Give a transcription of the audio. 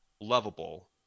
lovable